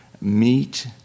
meet